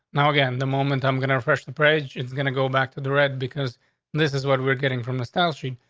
now again, the moment i'm gonna refresh the bridge, it's gonna go back to the red because this is what we're getting from the style street.